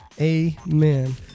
Amen